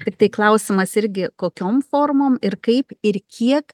tiktai klausimas irgi kokiom formom ir kaip ir kiek